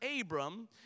Abram